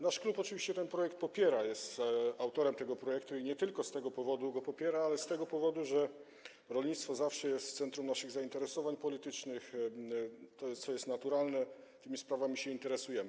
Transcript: Nasz klub oczywiście ten projekt popiera, jest autorem tego projektu i nie tylko z tego powodu go popiera, ale też z tego, że rolnictwo zawsze jest w centrum naszych zainteresowań politycznych, to jest naturalne, tymi sprawami się interesujemy.